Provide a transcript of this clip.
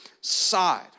side